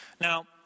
Now